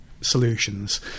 solutions